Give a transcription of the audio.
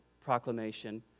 proclamation